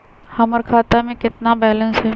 हमर खाता में केतना बैलेंस हई?